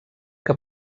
que